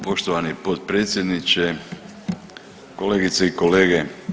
Poštovani potpredsjedniče, kolegice i kolege.